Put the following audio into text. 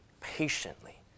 patiently